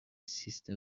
سیستم